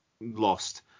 lost